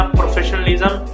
professionalism